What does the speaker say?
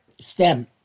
stem